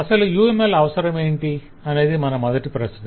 అసలు UML అవసరమేంటిఅనేది మన మొదటి ప్రశ్న